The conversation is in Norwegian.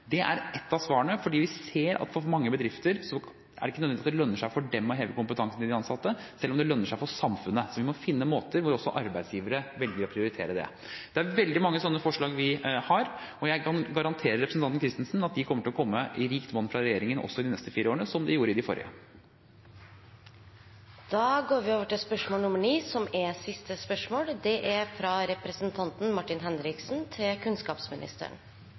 Det er ett av svarene, for vi ser at for mange bedrifter lønner det seg nødvendigvis ikke å heve kompetansen til de ansatte, selv om det lønner seg for samfunnet, så vi må finne måter hvor også arbeidsgivere velger å prioritere det. Vi har veldig mange slike forslag, og jeg kan garantere representanten Christensen at de kommer til å komme i rikt monn fra regjeringen også i de neste fire årene, som de gjorde i de forrige. «Prosjektet «Med blikk for barn – kvalitet i barnehagen for barn under 3 år» avdekket store forskjeller i kvalitet mellom barnehagene. Kunnskapsministeren